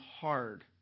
hard